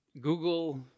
Google